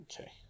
Okay